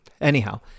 anyhow